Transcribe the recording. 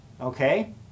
Okay